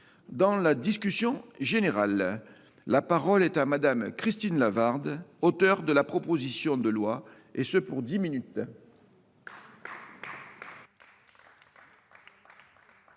Dans la discussion générale, la parole est à Mme Christine Lavarde, auteur de la proposition de loi. Monsieur le